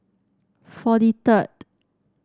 forty third